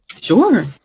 sure